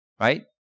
Right